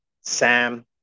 Sam